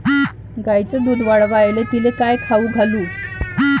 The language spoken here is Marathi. गायीचं दुध वाढवायले तिले काय खाऊ घालू?